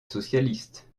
socialiste